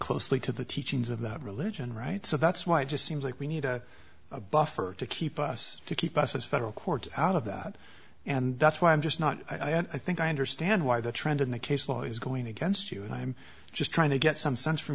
closely to the teachings of the religion right so that's why it just seems like we need a buffer to keep us to keep us as federal courts out of that and that's why i'm just not i think i understand why the trend in the case law is going against you and i'm just trying to get some sense from